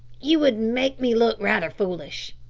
you would make me look rather foolish.